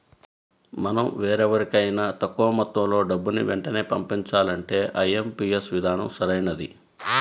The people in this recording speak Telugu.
మనం వేరెవరికైనా తక్కువ మొత్తంలో డబ్బుని వెంటనే పంపించాలంటే ఐ.ఎం.పీ.యస్ విధానం సరైనది